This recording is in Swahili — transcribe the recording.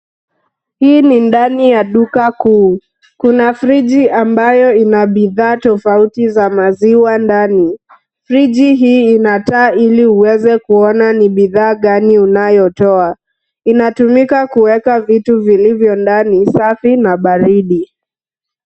Hii ni ndani ya duka kuu. Kuna friji ambayo ina bidhaa tofauti za maziwa ndani. Friji hii ina taa ili uweze kuona ni bidhaa gani inayotoa. Inatumika kuweka vitu vilivyo ndani safi na baridi.